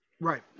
Right